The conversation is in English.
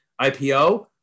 IPO